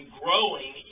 growing